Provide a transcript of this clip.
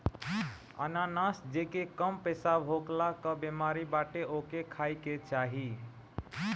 अनानास जेके कम पेशाब होखला कअ बेमारी बाटे ओके खाए के चाही